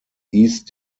east